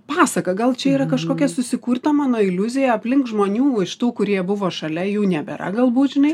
pasaka gal čia yra kažkokia susikurta mano iliuzija aplink žmonių iš tų kurie buvo šalia jų nebėra galbūt žinai